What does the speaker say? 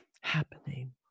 happening